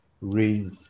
raise